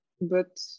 But-